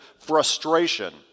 frustration